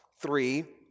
Three